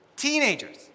Teenagers